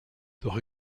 doch